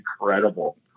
incredible